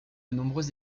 nombreuses